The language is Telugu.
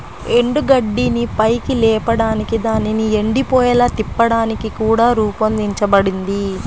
ఎండుగడ్డిని పైకి లేపడానికి దానిని ఎండిపోయేలా తిప్పడానికి కూడా రూపొందించబడింది